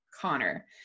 Connor